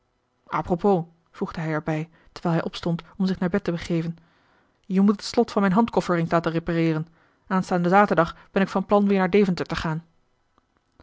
propos voegde hij er bij terwijl hij opstond om zich naar bed te begeven je moet het slot van mijn handkoffer eens laten repareeren aanstaanden zaterdag ben ik van plan weer naar deventer te gaan